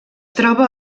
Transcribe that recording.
troba